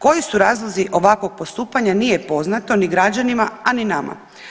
Koji su razlozi ovakvog postupanja nije poznato ni građanima, a ni nama.